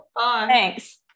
thanks